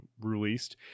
released